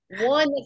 one